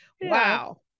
Wow